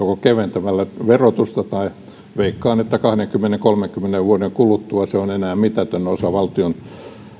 keventämällä verotusta veikkaan että kahdenkymmenen viiva kolmenkymmenen vuoden kuluttua se on enää mitätön osa valtion